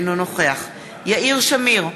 אינו נוכח יאיר שמיר,